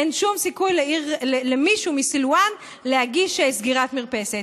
אין שום סיכוי למישהו מסילוואן להגיש סגירת מרפסת.